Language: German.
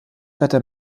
wetter